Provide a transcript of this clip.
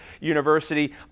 University